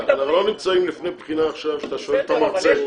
אנחנו לא נמצאים לפני בחינה עכשיו שאתה שואל שאלות.